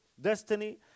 destiny